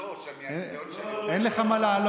לא, לא,